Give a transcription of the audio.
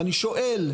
ואני שואל,